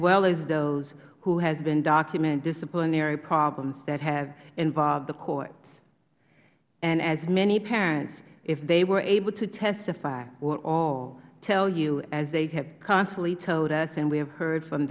well as those who have been documented disciplinary problems that have involved the courts and as many parents if they were able to testify would all tell you as they have constantly told us and we have heard from